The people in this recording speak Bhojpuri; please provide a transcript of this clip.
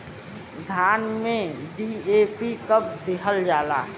धान में डी.ए.पी कब दिहल जाला?